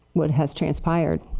what has transpired.